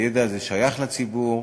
הידע הזה שייך לציבור,